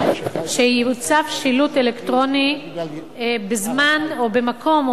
שיוצב שילוט אלקטרוני בזמן או במקום או